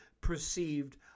perceived